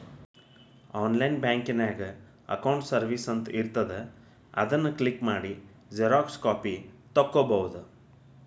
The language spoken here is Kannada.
ಆನ್ಲೈನ್ ಬ್ಯಾಂಕಿನ್ಯಾಗ ಅಕೌಂಟ್ಸ್ ಸರ್ವಿಸಸ್ ಅಂತ ಇರ್ತಾದ ಅದನ್ ಕ್ಲಿಕ್ ಮಾಡಿ ಝೆರೊಕ್ಸಾ ಕಾಪಿ ತೊಕ್ಕೊಬೋದು